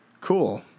Cool